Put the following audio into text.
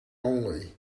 only